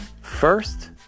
First